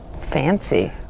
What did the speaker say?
Fancy